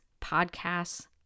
podcasts